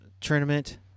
tournament